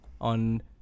on